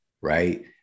right